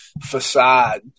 facade